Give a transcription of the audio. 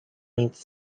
inte